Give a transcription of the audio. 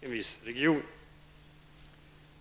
en viss region.